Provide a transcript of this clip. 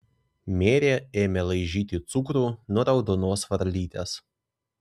merė ėmė laižyti cukrų nuo raudonos varlytės